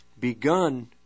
begun